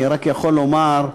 אני רק יכול לומר,